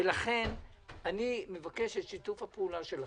לכן אני מבקש את שיתוף הפעולה שלכם.